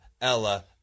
Ella